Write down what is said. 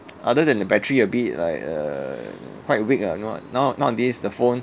other than the battery a bit like err quite weak ah no ah now nowadays the phone